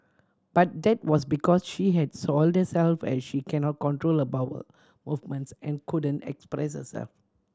but that was because she had soiled herself as she cannot control her bowel movements and couldn't express herself